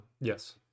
Yes